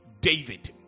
David